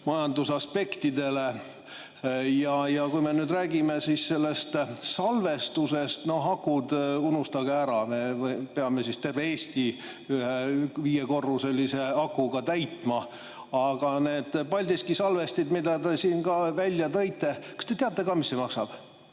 majandusaspektidele. Kui me räägime sellest salvestusest, siis no akud unustage ära, me peaksime siis terve Eesti ühe viiekorruselise akuga täitma. Need Paldiski salvestid, mida te siin ka välja tõite – kas te teate ka, mis see salvesti